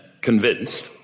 convinced